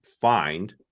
find